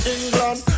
England